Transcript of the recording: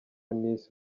nise